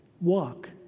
walk